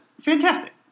fantastic